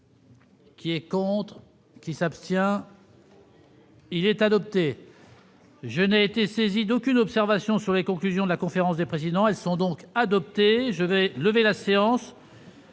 Qui est contre. Qui s'abstient. Il est adopté. Je n'ai été saisi d'aucune observation sur les conclusions de la conférence des présidents et sont donc adopté je vais lever la séance.